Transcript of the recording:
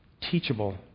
teachable